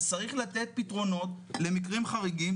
אז צריך לתת פתרונות למקרים חריגים.